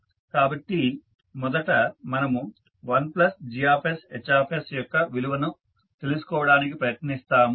కాబట్టి మొదట మనము 1 GsHs యొక్క విలువను తెలుసుకోవడానికి ప్రయత్నిస్తాము